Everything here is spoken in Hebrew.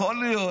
יכול להיות